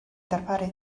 darparu